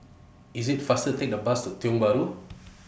IT IS faster Take The Bus to Tiong Bahru